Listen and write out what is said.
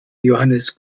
johannes